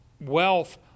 wealth